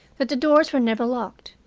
that the doors were never locked,